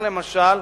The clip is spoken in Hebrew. כך, למשל,